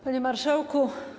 Panie Marszałku!